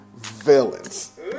villains